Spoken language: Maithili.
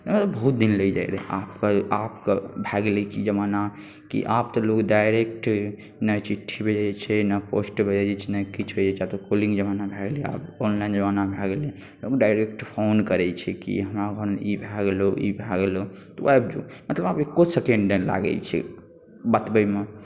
ऐँ बहुत दिन लागि जाइत रहय आबके आबके भए गेलै कि जमाना कि आब तऽ लोक डायरेक्ट नहि चिट्ठी भेजैत छै ने पोस्ट भेजैत छै ने किछु भेजै छै आब तऽ कॉलिंग जमाना भए गेलै आब ऑनलाइन जमाना भए गेलै डायरेक्ट फोन करैत छै कि हमरा घरमे ई भए गेलहु ई भए गेलहु तू आबि जो मतलब आ एको सेकेण्ड नहि लागैत छै बतबैमे